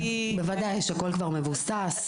בוודאי שהכל כבר מבוסס,